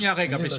יש